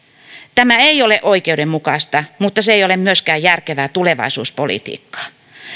tämä ei ole oikeudenmukaista mutta se ei ole myöskään järkevää tulevaisuuspolitiikkaa